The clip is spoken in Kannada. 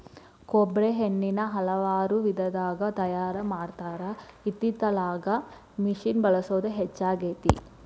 ಕೊಬ್ಬ್ರಿ ಎಣ್ಣಿನಾ ಹಲವಾರು ವಿಧದಾಗ ತಯಾರಾ ಮಾಡತಾರ ಇತ್ತಿತ್ತಲಾಗ ಮಿಷಿನ್ ಬಳಸುದ ಹೆಚ್ಚಾಗೆತಿ